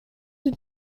του